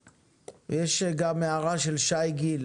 יש גם הערה של שי גיל,